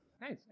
nice